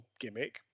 gimmick